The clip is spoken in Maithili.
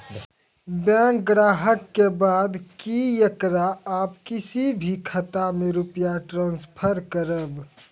बैंक ग्राहक के बात की येकरा आप किसी भी खाता मे रुपिया ट्रांसफर करबऽ?